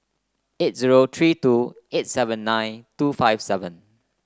eight zero three two eight seven nine two five seven